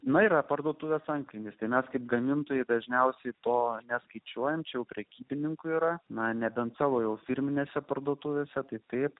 na yra parduotuvės antkainius ir mes kaip gamintojai dažniausiai to neskaičiuojančių prekybininkų yra na nebent savo jau firminėse parduotuvėse tai taip